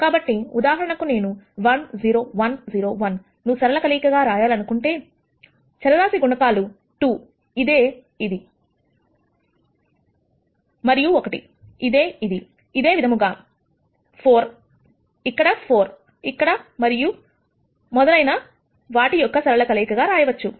కాబట్టి ఉదాహరణకు నేను 1 0 1 0 1 ను సరళ కలయిక గా రాయాలనుకుంటే చరరాశి గుణకాలు 2 ఇదే ఇది మరియు 1 ఇదే ఇది అదేవిధంగా 4 ఇక్కడ 4 ఇక్కడ మరియు మొదలైన వాటి యొక్క సరళ కలయిక గా రాయవచ్చు